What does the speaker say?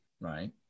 right